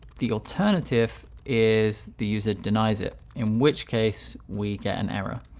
the alternative is the user denies it, in which case we get an error.